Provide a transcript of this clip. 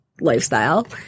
lifestyle